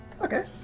Okay